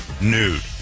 nude